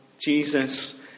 Jesus